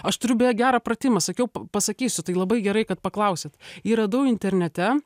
aš turiu beje gerą pratimą sakiau pasakysiu tai labai gerai kad paklausėt jį radau internete